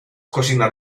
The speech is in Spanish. cocinar